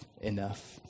enough